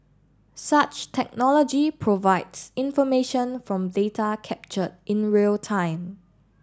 such technology provides information from data capture in real time